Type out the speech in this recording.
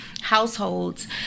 households